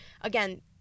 again